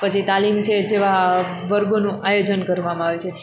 પછી તાલીમ છે જેવા વર્ગોનું આયોજન કરવામાં આવે છે